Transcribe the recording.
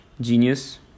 genius